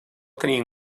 tenir